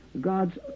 God's